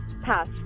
Pass